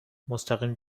مستقیم